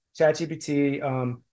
ChatGPT